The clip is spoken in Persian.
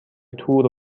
تور